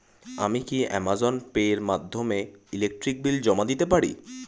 আমি কি Amazon pay এর মাধ্যমে ইলেকট্রিক বিল জমা দিতে পারি?